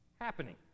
happening